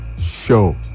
Show